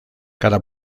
cada